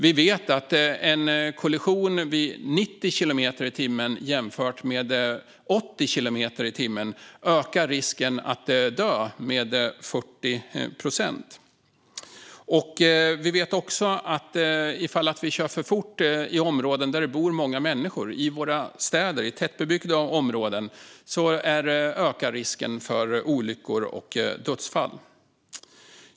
Vi vet att en kollision vid 90 kilometer i timmen jämfört med 80 kilometer i timmen ökar risken att dö med 40 procent. Vi vet också att om vi kör för fort i områden där det bor många människor, i våra städer och i tätbebyggda områden, ökar risken för olyckor och dödsfall.